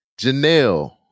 Janelle